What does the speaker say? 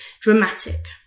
dramatic